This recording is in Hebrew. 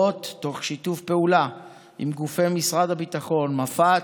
בשיתוף פעולה עם גופי משרד הביטחון, מפא"ת,